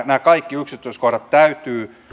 nämä kaikki yksityiskohdat täytyy